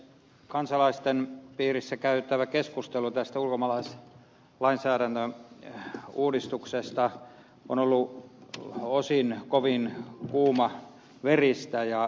kansalaisten piirissä käytävä keskustelu tästä ulkomaalaislainsäädännön uudistuksesta on ollut osin kovin kuumaveristä